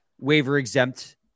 waiver-exempt